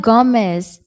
Gomez